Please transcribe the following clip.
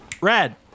Red